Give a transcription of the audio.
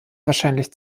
wahrscheinlich